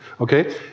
okay